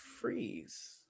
freeze